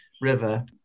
river